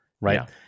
right